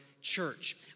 church